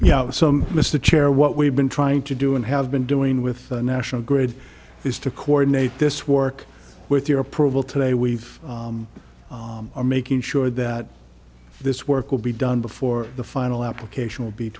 yeah some mr chair what we've been trying to do and have been doing with the national grid is to coordinate this work with your approval today we've are making sure that this work will be done before the final application will be